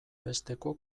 besteko